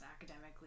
academically